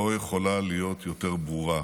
לא יכולה להיות יותר ברורה.